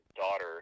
daughter